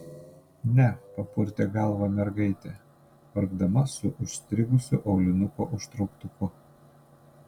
ne papurtė galvą mergaitė vargdama su užstrigusiu aulinuko užtrauktuku